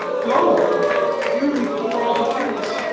go duty before all things,